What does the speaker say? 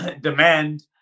demand